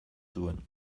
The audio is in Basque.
zuen